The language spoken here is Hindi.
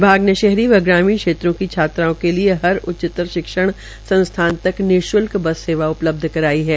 विभाग ने शहरी व ग्रामीण क्षेत्रों की छात्राओं के लिए हर उच्चतर शिक्षण संस्थान तक निशुल्क बस सेवा उपलब्ध कराई है